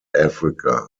africa